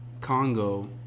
congo